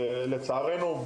לצערנו,